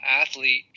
athlete